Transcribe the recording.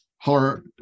horror